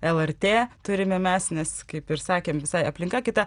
lrt turime mes nes kaip ir sakėm visai aplinka kita